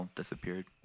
disappeared